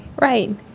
Right